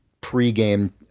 pre-game